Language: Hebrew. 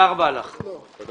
הישיבה